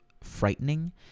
frightening